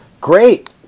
Great